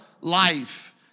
life